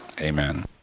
Amen